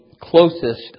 closest